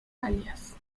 alias